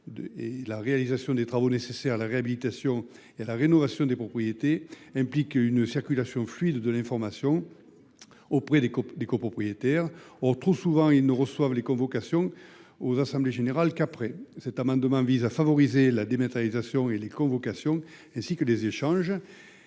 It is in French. la réalisation des travaux nécessaires à la réhabilitation et à la rénovation des propriétés impliquent une circulation fluide de l’information en direction des copropriétaires. Or, trop souvent, ils ne reçoivent les convocations aux assemblées générales qu’après que celles ci se sont tenues. Cet amendement vise donc à favoriser la dématérialisation des convocations et des échanges,